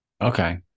Okay